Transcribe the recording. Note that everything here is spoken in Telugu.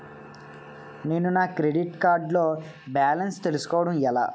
నేను నా క్రెడిట్ కార్డ్ లో బాలన్స్ తెలుసుకోవడం ఎలా?